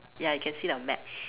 ya you can see the map